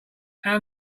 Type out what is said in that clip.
how